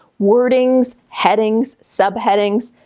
wordings, headings, subheadings.